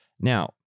Now